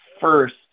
first